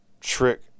trick